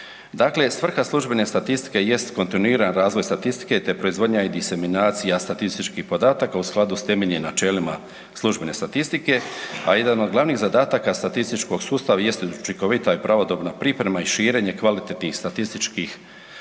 svrha službene statistike jest kontinuirani razvoj statistike te proizvodnja i diseminacija statističkih podataka u skladu s temeljnim načelima službene statistike, a jedan od glavnih zadataka statističkog sustava jest učinkovita i pravodobna priprema i širenje kvalitetnih statističkih pokazatelja